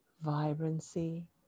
vibrancy